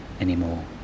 anymore